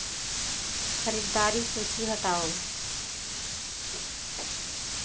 खरीददारी सूची हटाओ